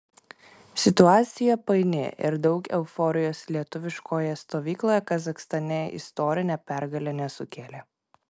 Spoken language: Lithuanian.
situacija paini ir daug euforijos lietuviškoje stovykloje kazachstane istorinė pergalė nesukėlė